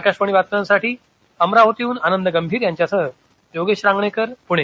आकाशवाणी बातम्यासाठी अमरावतीहन आनंद गंभीर यांच्यासह योगेश रांगणेकर पुणे